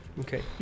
Okay